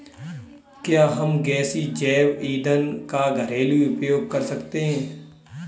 क्या हम गैसीय जैव ईंधन का घरेलू उपयोग कर सकते हैं?